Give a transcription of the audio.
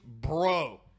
bro